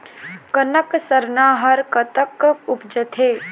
कनक सरना हर कतक उपजथे?